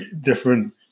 different